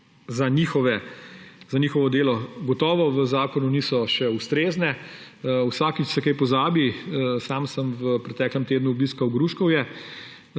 za njihovo delo gotovo v zakonu niso še ustrezne. Vsakič se kaj pozabi. Sam sem v preteklem tednu obiskal Gruškovje,